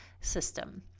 system